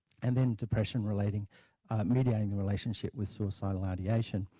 and then depression relating mediating the relationship with suicidal ideation,